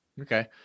Okay